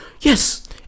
Yes